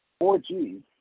4g